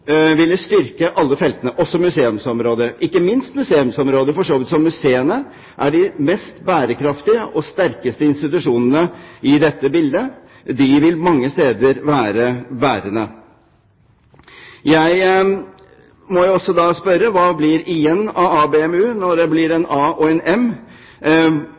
ville styrke alle feltene, også museumsområdet – ikke minst museumsområdet, for så vidt som museene er de mest bærekraftige og sterkeste institusjonene i dette bildet. De vil mange steder være bærende. Jeg må også spørre hva som blir igjen av ABM-u når det blir en A og en M.